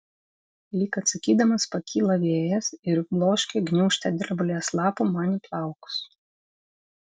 lyg atsakydamas pakyla vėjas ir bloškia gniūžtę drebulės lapų man į plaukus